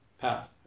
path